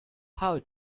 how